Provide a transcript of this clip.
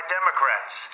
Democrats